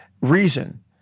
reason